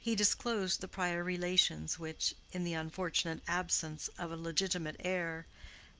he disclosed the prior relations which, in the unfortunate absence of a legitimate heir,